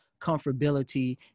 comfortability